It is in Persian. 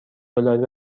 دلاری